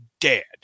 dead